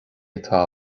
atá